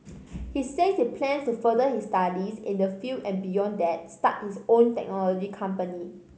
he says he plans to further his studies in this field and beyond that start his own technology company